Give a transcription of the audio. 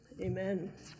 Amen